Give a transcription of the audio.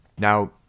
Now